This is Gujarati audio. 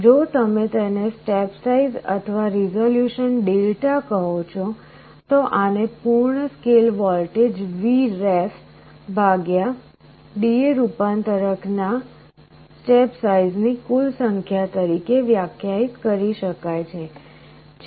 જો તમે તેને સ્ટેપ સાઈઝ અથવા રીઝોલ્યુશન Δ કહો છો તો આને પૂર્ણ સ્કેલ વોલ્ટેજ Vref ભાગ્યા DA રૂપાંતરક ના સ્ટેપ સાઈઝ ની કુલ સંખ્યા તરીકે વ્યાખ્યાયિત કરી શકાય છે